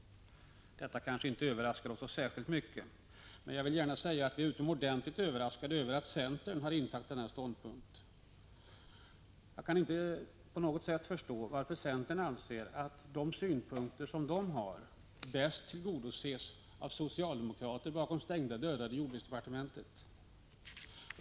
Detta kanske inte överraskar oss så särskilt mycket. Men vi är utomordentligt överraskade över att centern har intagit samma ståndpunkt. Jag kan inte förstå varför centern anser att de synpunkter som centern har bäst tillgodoses av socialdemokrater bakom stängda dörrar i jordbruksdepartementet.